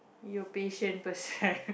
you're patient person